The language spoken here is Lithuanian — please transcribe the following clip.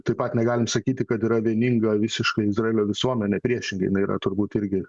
taip pat negalim sakyti kad yra vieninga visiškai izraelio visuomenė priešingai jinai yra turbūt irgi